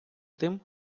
тим